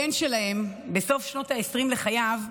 הבן שלהם, בסוף שנות ה-20 לחייו,